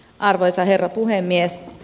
arvoisa herra puhemies